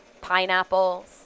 pineapples